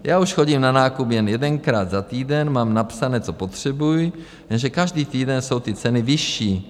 Já už chodím na nákup jen jedenkrát za týden, mám napsáno, co potřebuji, jenže každý týden jsou ty ceny vyšší.